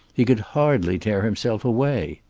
he could hardly tear himself away.